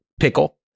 Pickle